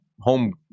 home